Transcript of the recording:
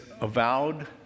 avowed